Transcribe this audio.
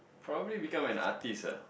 probably become an artist ah